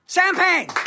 Champagne